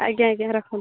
ଆଜ୍ଞା ଆଜ୍ଞା ରଖନ୍ତୁ